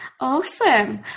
Awesome